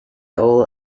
all